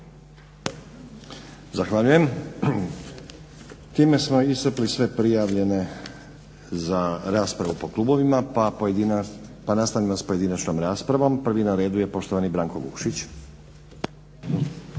Zahvaljujem. Time smo iscrpili sve prijavljene za raspravu po klubovima pa nastavljamo s pojedinačnom raspravom. Prvi na redu je poštovani Branko Vukšić.